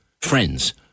friends